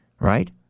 right